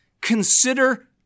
consider